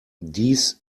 dies